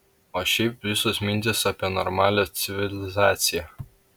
o šiaip visos mintys apie normalią civilizaciją